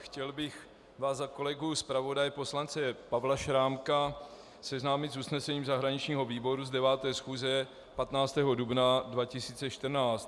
Chtěl bych vás za kolegu zpravodaje poslance Pavla Šrámka seznámit s usnesením zahraničního výboru z 9. schůze z 15. dubna 2014.